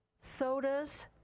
sodas